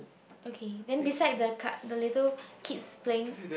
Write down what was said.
okay then beside the card the little kids playing